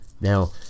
Now